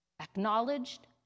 acknowledged